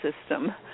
system